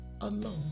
alone